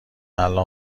الان